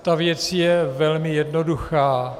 Ta věc je velmi jednoduchá.